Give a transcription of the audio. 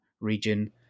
region